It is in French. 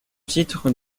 titre